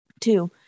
Two